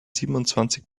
siebenundzwanzig